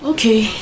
Okay. (